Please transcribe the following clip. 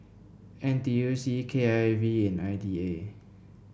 N T U C K I V and I D A